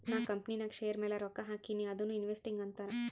ನಾ ಕಂಪನಿನಾಗ್ ಶೇರ್ ಮ್ಯಾಲ ರೊಕ್ಕಾ ಹಾಕಿನಿ ಅದುನೂ ಇನ್ವೆಸ್ಟಿಂಗ್ ಅಂತಾರ್